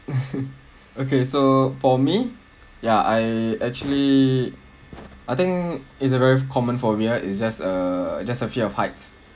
okay so for me ya I actually I think it's a very common phobia it's just a just a fear of heights